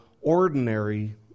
ordinary